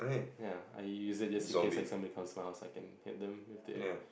ya I used it just in case like somebody comes smile it's like in hit them with their